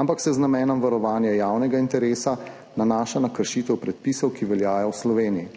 ampak se z namenom varovanja javnega interesa nanaša tudi na kršitev predpisov, ki veljajo v Sloveniji.